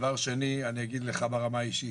דבר שני, אני אגיד לך ברמה האישית.